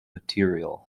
material